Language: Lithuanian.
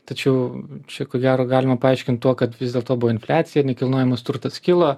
tačiau čia ko gero galima paaiškint tuo kad vis dėlto buvo infliacija nekilnojamas turtas kilo